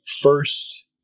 first